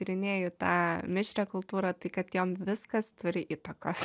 tyrinėju tą mišrią kultūrą tai kad jom viskas turi įtakos